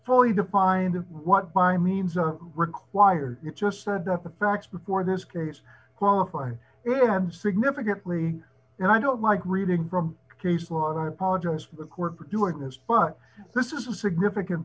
fully defined what by means of required it just said that the facts before this case qualify it had significantly and i don't like reading from case law and i apologize for the court producer ignace but this is a significant